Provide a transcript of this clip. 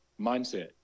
mindset